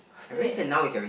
I very sad now is your recess